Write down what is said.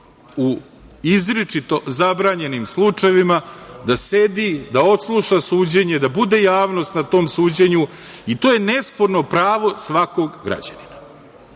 u izričito zabranjenim slučajevima da sedi, da odsluša suđenje, da bude javnost na tom suđenju i to je nesporno pravo svakog građanina.